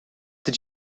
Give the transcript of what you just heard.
did